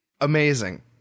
Amazing